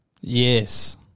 Yes